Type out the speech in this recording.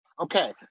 Okay